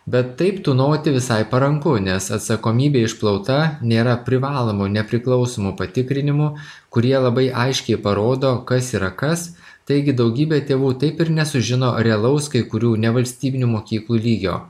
bet taip tūnoti visai paranku nes atsakomybė išplauta nėra privalomų nepriklausomų patikrinimų kurie labai aiškiai parodo kas yra kas taigi daugybė tėvų taip ir nesužino realaus kai kurių nevalstybinių mokyklų lygio